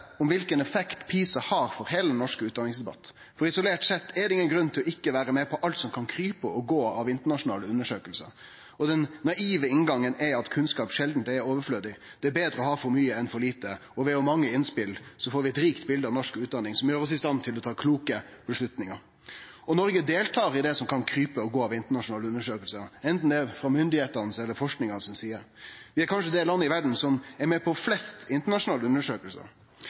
om kva slags effekt PISA har for heile den norske utdanningsdebatten. Isolert sett er det ingen grunn til ikkje å vere med på alt som kan krype og gå av internasjonale undersøkingar. Den naive inngangen er at kunnskap sjeldan er overflødig – det er betre å ha for mykje enn for lite. Og ved å ha mange innspel får vi eit riktig bilde av norsk utdanning, som gjer oss i stand til å ta kloke avgjerder. Noreg deltar i det som kan krype og gå av internasjonale undersøkingar, anten det er frå myndigheitene si side eller frå forskinga si side. Vi er kanskje det landet i verda som er med på flest internasjonale